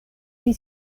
pli